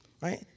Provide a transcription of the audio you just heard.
right